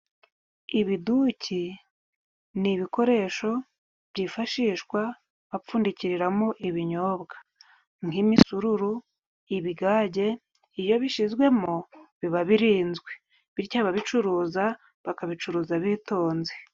Ibiduki ni ibikoresho byifashishwa bapfundikiriramo ibinyobw,a nk'imisururu, ibigage. Iyo bishyizwemo biba birinzwe bityo ababicuruza bakabicuruza bitonze.